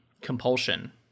compulsion